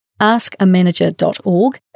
Askamanager.org